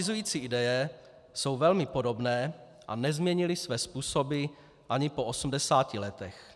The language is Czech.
Fašizující ideje jsou velmi podobné a nezměnily své způsoby ani po 80 letech.